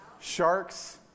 Sharks